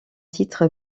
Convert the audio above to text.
titre